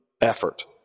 effort